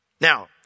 Now